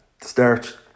start